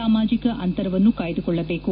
ಸಾಮಾಜಿಕ ಅಂತರವನ್ನು ಕಾಯ್ದುಕೊಳ್ಳಬೇಕು